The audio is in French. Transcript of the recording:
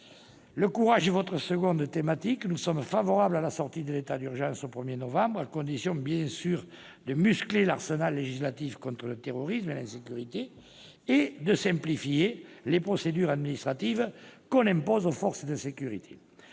thématique est celle du courage. Nous sommes favorables à la sortie de l'état d'urgence au 1 novembre, à condition, bien sûr, de muscler l'arsenal législatif contre le terrorisme et l'insécurité, et de simplifier les procédures administratives imposées aux forces de sécurité.